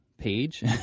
page